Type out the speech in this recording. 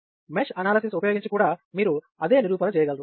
mesh analysis ఉపయోగించి కూడా మీరు అదే నిరూపణ చేయగలరు